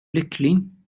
lycklig